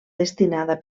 destinada